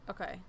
okay